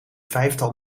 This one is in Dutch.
vijftal